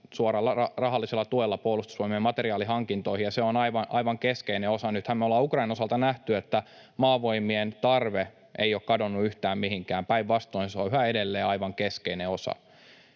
suoralla rahallisella tuella Puolustusvoimien materiaalihankintoihin, ja se on aivan keskeinen osa. Nythän me ollaan Ukrainan osalta nähty, että Maavoimien tarve ei ole kadonnut yhtään mihinkään — päinvastoin se on yhä edelleen aivan keskeinen osa.